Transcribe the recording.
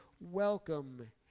welcome